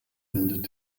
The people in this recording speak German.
bildet